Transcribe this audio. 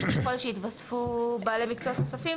וככל שיתווספו בעלי מקצוע נוספים